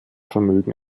vermögen